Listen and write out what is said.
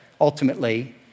ultimately